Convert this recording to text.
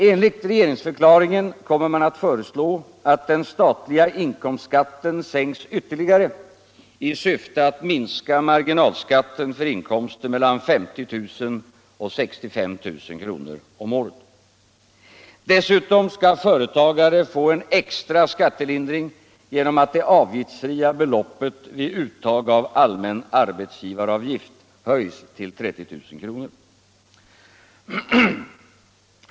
Enligt regeringsförklaringen kommer man att föreslå att den statliga inkomstskatten sänks ytterligare i syfte att minska marginalskatten för inkomster mellan 50 000 och 65 000 kr. om året. Dessutom skall företagare få en extra skattelindring genom att det avgiftsfria beloppet vid uttag av allmän arbetsgivaravpgift höjs till 30 000 kr.